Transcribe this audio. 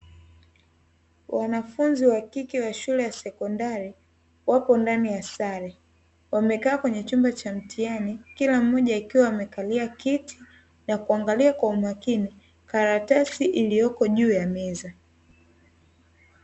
Wanafunzi wa kike wa shule ya sekondari wapo ndani ya sare, wamekaa kwenye chumba cha mtihani, kila mmoja akiwa amekalia kiti na kuangalia kwa umakini karatasi iliyoko juu ya meza.